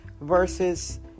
versus